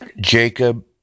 Jacob